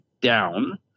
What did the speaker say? down